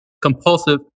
Compulsive